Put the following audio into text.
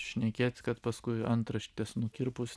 šnekėt kad paskui antraštes nukirpus